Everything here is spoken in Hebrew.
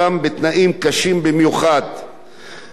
בתנאי מזג אוויר קשים, בחום, בקור,